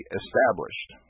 established